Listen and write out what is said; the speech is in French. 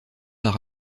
par